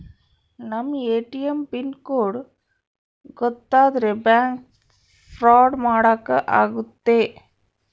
ನಮ್ ATM PIN code ಗೊತ್ತಾದ್ರೆ bank fraud ಮಾಡಾಕ ಆಗುತ್ತೆ